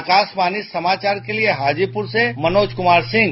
आकाशवाणी समाचार के लिये हाजीपुर से मनोज कुमार सिंह